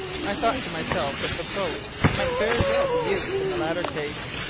i thought to myself that the boat might very well be used in the latter case.